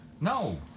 No